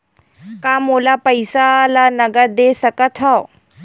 का मोला पईसा ला नगद दे सकत हव?